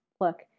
look